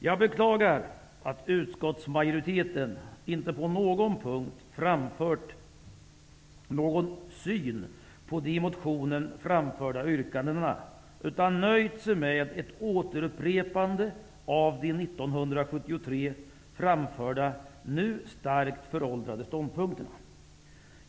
Jag beklagar att utskottsmajoriteten inte på någon punkt redovisat sin syn på de i motionen framförda yrkandena, utan nöjt sig med ett återupprepande av de 1973 framförda, i dag starkt föråldrade, ståndpunkterna.